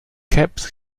kept